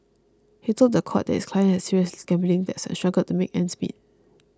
he told the court that his client had serious gambling debts and struggled to make ends meet